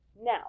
Now